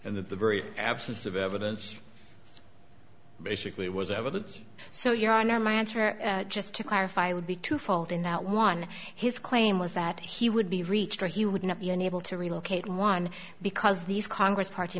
the very absence of evidence basically was evidence so your honor my answer just to clarify would be two fold in that one his claim was that he would be reached or he would not be unable to relocate one because these congress party